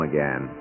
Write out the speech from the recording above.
Again